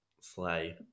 Slay